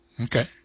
Okay